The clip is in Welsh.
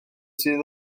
sydd